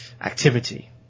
activity